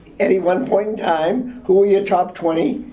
any one point in time, who are your top twenty,